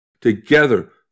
Together